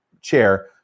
chair